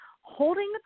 holding